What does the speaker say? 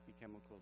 chemicals